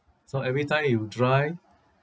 so every time you drive